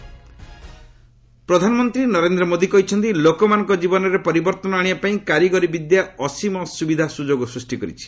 PM ସିଙ୍ଗାପ୍ରର ପ୍ରଧାନମନ୍ତ୍ରୀ ନରେନ୍ଦ୍ର ମୋଦି କହିଛନ୍ତି ଲୋକମାନଙ୍କ ଜୀବନରେ ପରିବର୍ଭନ ଆଶିବା ପାଇଁ କାରିଗରୀ ବିଦ୍ୟା ଅସୀମ ସୁବିଧା ସୁଯୋଗ ସୃଷ୍ଟି କରିଛି